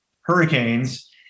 hurricanes